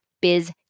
Biz